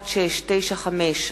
התש"ע 2009,